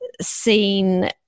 seen